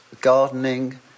gardening